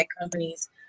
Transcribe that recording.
companies